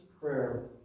prayer